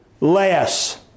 less